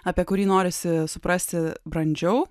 apie kurį norisi suprasi brandžiau